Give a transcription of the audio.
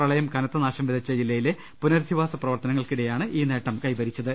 പ്രളയം കനത്തിനാശം വിതച്ച ജില്ലയി ലെ പുനരധിവാസ പ്രവർത്തനങ്ങൾക്കിടെയാണ് ഈ നേട്ടം കൈ വരിച്ചത്